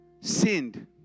sinned